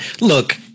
Look